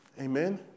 Amen